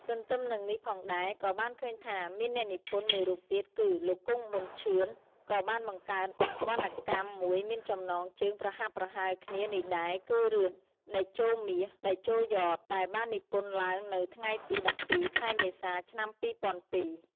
ទន្ទឹមនឹងនេះផងដែរ ក៏បានឃើញថាមានអ្នកនិពន្ធមួយរូបទៀតគឺ លោក គង្គ ប៊ុនឈឿន ក៏បានបង្កើតវណ្ណកម្មមួយមានចំណងជើងប្រហាក់ប្រហែលគ្នានេះដែរ គឺរឿង “តេជោមាស តេជោយ៉ត” ដែលបាននិពន្ធឡើងនៅថ្ងៃទី១២ ខែមេសា ឆ្នាំ២០០២។